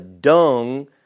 dung